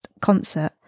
concert